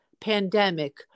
pandemic